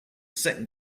second